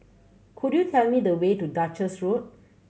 could you tell me the way to Duchess Road